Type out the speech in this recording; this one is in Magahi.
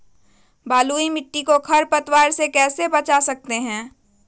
बलुई मिट्टी को खर पतवार से कैसे बच्चा सकते हैँ?